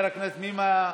בבקשה,